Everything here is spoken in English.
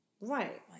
Right